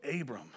Abram